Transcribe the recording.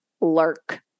lurk